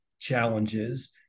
challenges